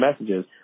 messages